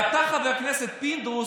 ואתה, חבר הכנסת פינדרוס,